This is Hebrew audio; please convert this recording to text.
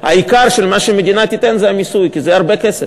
עיקר מה שהמדינה תיתן זה המיסוי, כי זה הרבה כסף.